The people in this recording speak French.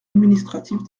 administrative